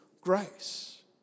grace